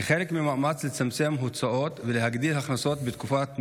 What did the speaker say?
כחלק מהמאמץ לצמצם הוצאות ולהגדיל הכנסות בתקופת מלחמה,